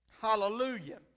Hallelujah